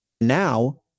Now